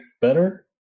better